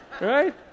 right